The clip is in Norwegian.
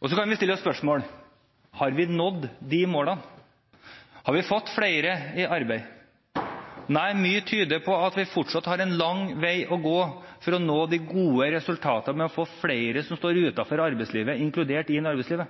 Så kan vi stille oss spørsmålene: Har vi nådd disse målene? Har vi fått flere i arbeid? Mye tyder på at vi fortsatt har en lang vei å gå for å nå de gode resultatene, få flere som står utenfor arbeidslivet, inkludert i arbeidslivet.